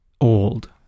old